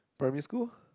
primary school